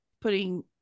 putting